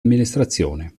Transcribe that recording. amministrazione